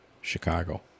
Chicago